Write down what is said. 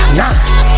nine